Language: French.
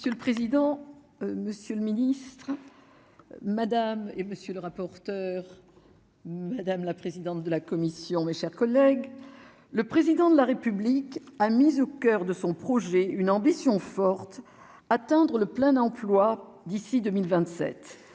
Monsieur le président, Monsieur le Ministre, madame et monsieur le rapporteur, madame la présidente de la commission, mes chers collègues, le président de la République a mis au coeur de son projet, une ambition forte, atteindre le plein emploi d'ici 2027